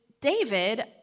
David